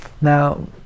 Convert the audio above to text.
now